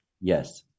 Yes